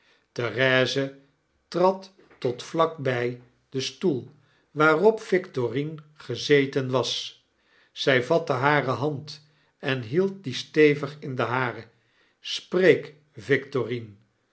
therese trad tot vlak bij den stoel waarop victorine gezeten was zij vatte hare hand en hield die stevig in de hare spreek victorine